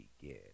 begin